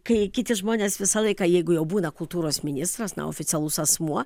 kai kiti žmonės visą laiką jeigu jau būna kultūros ministras na oficialus asmuo